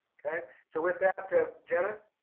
okay? so with that, ah jenith.